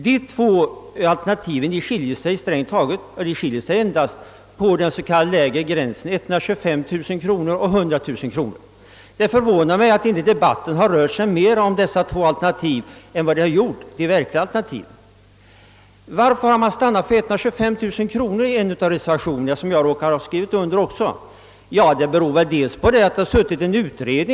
De två alternativen skiljer sig strängt taget endast i fråga om den s.k. lägre gränsen för skärpt beskattning, som dras vid 100 000 respektive 125 000 kronor. Det förvånar mig att debatten inte rört sig mera om dessa två alternativ — de verkliga alternativen — än vad den gjort. Varför har man i den av reservationerna, till vilken även jag anslutit mig, stannat för att dra gränsen vid 125 000 kronor?